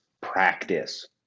Practice